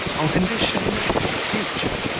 on condition, that, for the future,